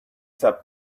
that